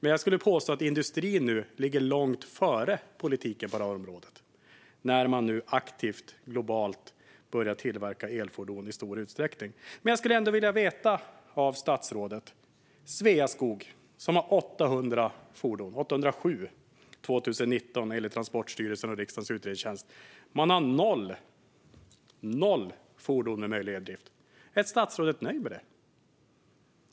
Jag vill påstå att industrin ligger långt före politiken på det här området när man nu aktivt globalt börjar tillverka elfordon i stor utsträckning. Sveaskog, som enligt Transportstyrelsen och riksdagens utredningstjänst hade 807 fordon 2019, har noll fordon med möjlig eldrift. Är statsrådet nöjd med det?